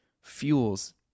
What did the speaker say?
fuels